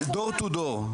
"door to door".